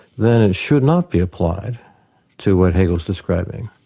then it should not be applied to what hegel's describing.